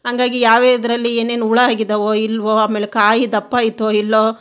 ಹಾಗಾಗಿ ಯಾವ್ಯಾವುದ್ರಲ್ಲಿ ಏನೇನು ಹುಳು ಆಗಿದಾವೋ ಇಲ್ಲವೋ ಆಮೇಲೆ ಕಾಯಿ ದಪ್ಪ ಐತೊ ಇಲ್ಲೋ